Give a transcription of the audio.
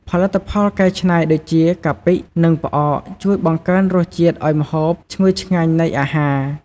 ផលិតផលកែច្នៃដូចជា កាពិ និងផ្អកជួយបង្កើនរសជាតិឱ្យម្ហូបឈ្ងុយឆ្ងាញ់នៃអាហារ។